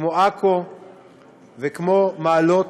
כמו עכו וכמו מעלות,